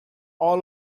all